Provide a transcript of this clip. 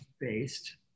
based